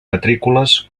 matrícules